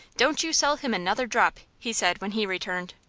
don't you sell him another drop! he said, when he returned.